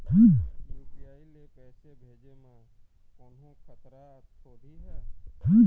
UPI ले पैसे भेजे म कोन्हो खतरा थोड़ी हे?